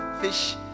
fish